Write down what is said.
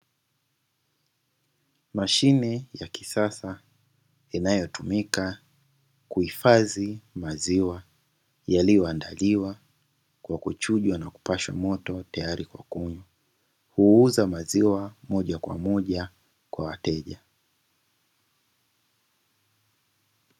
Mashine ya kisasa inayotumika kuhifadhi maziwa yaliyoandaliwa kwa kuchujwa na kupashwa moto, tayari kwa kunywa. Huuza maziwa moja kwa moja kwa wateja.